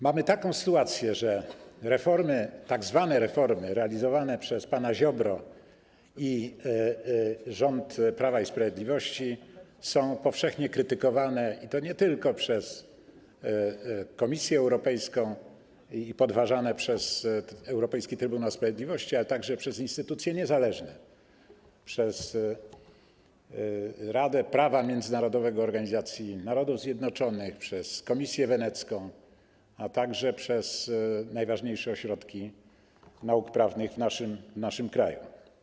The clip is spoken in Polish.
Mamy sytuację, w której tzw. reformy realizowane przez pana Ziobrę i rząd Prawa i Sprawiedliwości są powszechnie krytykowane i podważane, i to nie tylko przez Komisję Europejską i Europejski Trybunał Sprawiedliwości, ale także przez instytucje niezależne, przez radę prawa międzynarodowego Organizacji Narodów Zjednoczonych, przez Komisję Wenecką, a także przez najważniejsze ośrodki nauk prawnych w naszym kraju.